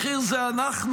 רבותי, זהבה גלאון,